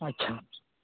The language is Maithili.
अच्छा